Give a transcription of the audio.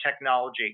technology